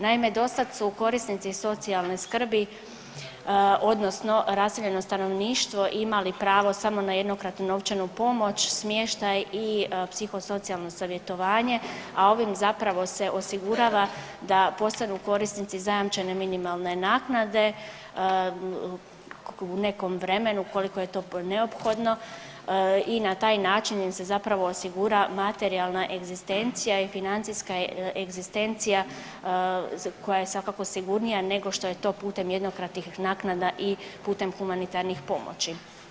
Naime, dosad su korisnici socijalne skrbi odnosno raseljeno stanovništvo imali pravo samo na jednokratnu novčanu pomoć, smještaj i psihosocijalno savjetovanje, a ovim zapravo se osigurava da postanu korisnici zajamčene minimalne naknade u nekom vremenu koliko je to neophodno i na taj način im se zapravo osigura materijalna egzistencija i financijska egzistencija koja je svakako sigurnija nego što je to putem jednokratnih naknada i putem humanitarnih pomoći.